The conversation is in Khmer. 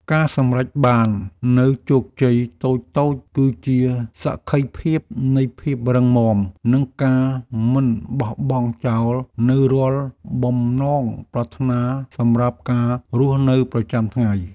ការសម្រេចបាននូវជោគជ័យតូចៗគឺជាសក្ខីភាពនៃភាពរឹងមាំនិងការមិនបោះបង់ចោលនូវរាល់បំណងប្រាថ្នាសម្រាប់ការរស់នៅប្រចាំថ្ងៃ។